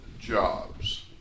jobs